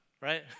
right